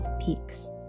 peaks